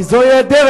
כי זו הדרך.